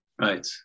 Right